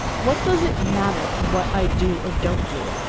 what does it matter what i do or don't do,